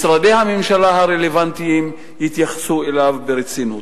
משרדי הממשלה הרלוונטיים יתייחסו אליו ברצינות.